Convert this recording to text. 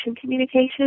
communication